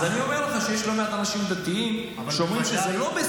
אז אני אומר לך שיש לא מעט אנשים דתיים שאומרים שזה לא בסדר.